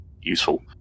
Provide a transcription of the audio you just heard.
useful